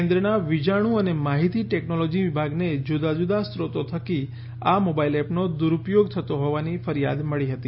કેન્દ્રના વીજાણુ અને માહિતી ટેકનોલોજી વિભાગને જુદાં જુદાં સ્રોતો થકી આ મોબાઇલ એપનો દુરૂપયોગ થતો હોવાની ફરિયાદ મળી હતી